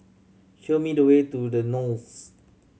show me the way to The Knolls